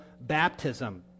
baptism